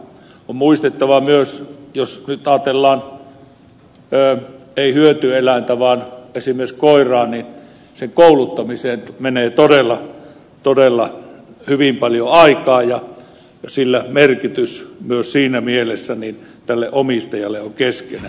on muistettava myös jos ajatellaan ei hyötyeläintä vaan esimerkiksi koiraa että sen kouluttamiseen menee todella hyvin paljon aikaa ja sillä myös siinä mielessä on omistajalle keskeinen merkitys